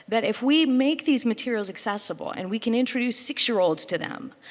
that if we make these materials accessible and we can introduce six-year-olds to them,